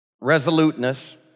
resoluteness